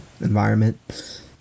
environment